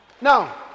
Now